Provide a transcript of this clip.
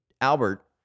Albert